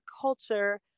culture